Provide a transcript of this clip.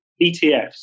ETFs